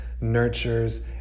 Nurtures